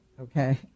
okay